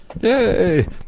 Yay